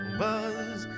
buzz